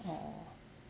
orh